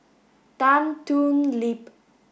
Tan Thoon Lip